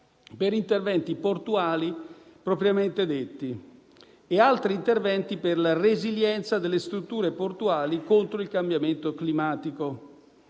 per interventi portuali propriamente detti e altri interventi per la resilienza delle strutture portuali contro il cambiamento climatico.